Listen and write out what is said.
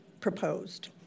proposed